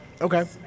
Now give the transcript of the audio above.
Okay